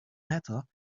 matter